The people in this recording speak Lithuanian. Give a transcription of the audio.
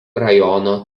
rajono